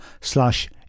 slash